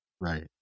Right